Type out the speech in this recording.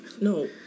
No